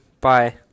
Bye